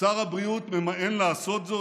שר הבריאות ממאן לעשות זאת.